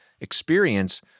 experience